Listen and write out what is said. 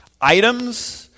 items